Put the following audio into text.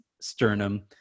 sternum